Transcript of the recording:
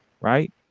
right